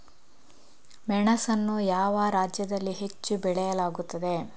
ಮೆಣಸನ್ನು ಯಾವ ರಾಜ್ಯದಲ್ಲಿ ಹೆಚ್ಚು ಬೆಳೆಯಲಾಗುತ್ತದೆ?